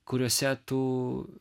kuriose tu